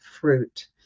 fruit